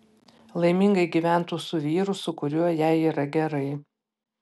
laimingai gyventų su vyru su kuriuo jai yra gerai